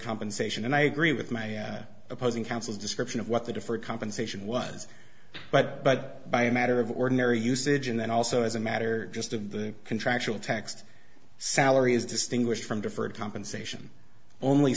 compensation and i agree with my opposing counsel description of what the deferred compensation was but by a matter of ordinary usage and then also as a matter just of the contractual taxed salary as distinguished from deferred compensation only